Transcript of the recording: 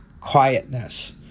quietness